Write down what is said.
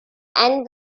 and